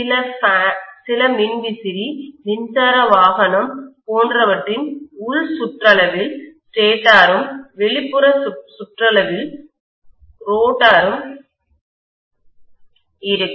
சில ஃபேன்ஸ்மின்விசிறி மின்சார வாகனம் போன்றவற்றின் உள் சுற்றளவில் ஸ்டேட்டரும் வெளிப்புற சுற்றளவில் ரோட்டரும் இருக்கும்